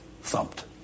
thumped